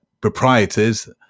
proprietors